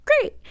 great